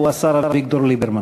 הוא השר אביגדור ליברמן.